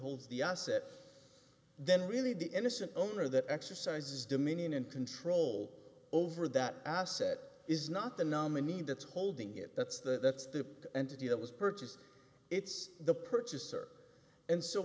holds the asset then really the innocent owner that exercise is dominion and control over that asset is not the nominee that's holding it that's the that's the entity that was purchased it's the purchaser and so